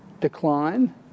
decline